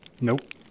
Nope